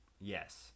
yes